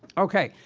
okay,